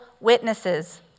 witnesses